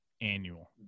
annual